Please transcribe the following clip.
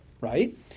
right